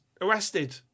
arrested